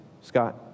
Scott